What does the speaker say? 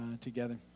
together